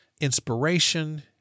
inspiration